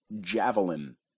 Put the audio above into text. Javelin